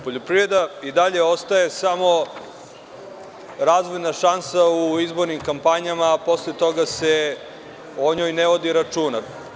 Poljoprivreda i dalje ostaje samo razvojna šansa u izbornim kampanjama, a posle toga se o njoj ne vodi računa.